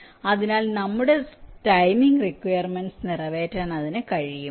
അതിനാൽ നമ്മുടെ timing requirements നിറവേറ്റാൻ അതിന് കഴിയുമോ